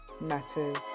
matters